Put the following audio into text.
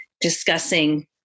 discussing